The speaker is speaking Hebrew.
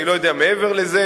אני לא יודע מעבר לזה,